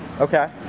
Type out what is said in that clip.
Okay